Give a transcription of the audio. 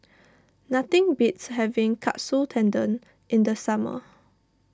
nothing beats having Katsu Tendon in the summer